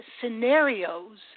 scenarios